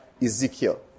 Ezekiel